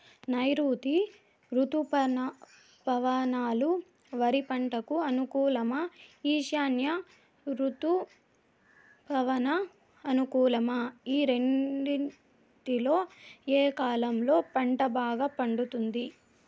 నైరుతి రుతుపవనాలు వరి పంటకు అనుకూలమా ఈశాన్య రుతుపవన అనుకూలమా ఈ రెండింటిలో ఏ కాలంలో పంట బాగా పండుతుంది?